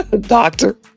doctor